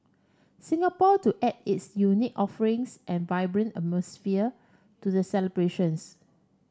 Singapore to add its unique offerings and vibrant atmosphere to the celebrations